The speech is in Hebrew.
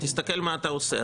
תסתכל מה אתה עושה.